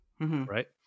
right